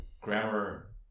grammar